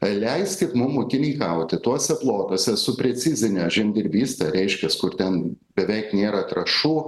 leiskit mum ūkininkauti tuose plotuose su precizine žemdirbyste reiškias kur ten beveik nėra trąšų